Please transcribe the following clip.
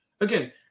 again